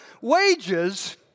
Wages